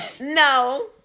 No